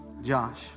Josh